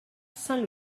saint